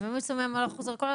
אם הם היו שמים 100 אחוז על הכל,